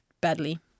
badly